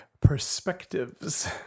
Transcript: perspectives